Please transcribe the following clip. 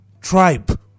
tribe